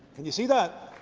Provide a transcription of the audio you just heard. can you see that